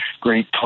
great